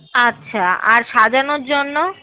আচ্ছা আর সাজানোর জন্য